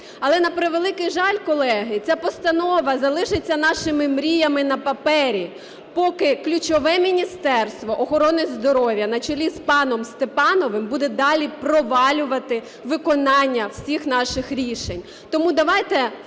Але, на превеликий жаль, колеги, ця постанова залишиться нашими мріями на папері, поки ключове Міністерство охорони здоров'я на чолі з паном Степановим буде далі провалювати виконання всіх наших рішень. Тому давайте